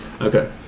Okay